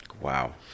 wow